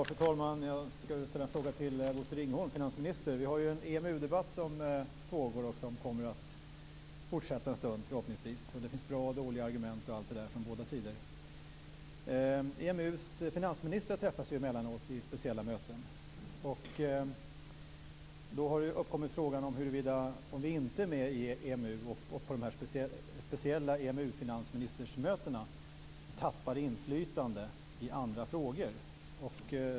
Fru talman! Jag skulle vilja ställa en fråga till finansminister Bosse Ringholm. Det pågår ju en EMU debatt, och den kommer förhoppningsvis att fortsätta ett tag. Det finns bra och dåliga argument från båda sidor. EMU-ländernas finansministrar träffas ju emellanåt i speciella möten. Då har en fråga uppkommit, nämligen om vi som inte är med i EMU och på dessa speciella möten för EMU-ländernas finansministrar tappar inflytande i andra frågor.